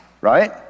right